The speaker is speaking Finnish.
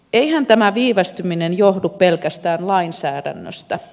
eihän tämä viivästyminen johdu pelkästään lainsäädännöstä